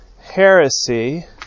heresy